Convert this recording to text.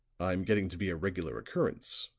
i'm getting to be a regular occurrence,